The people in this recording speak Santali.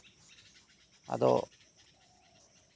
ᱛᱳ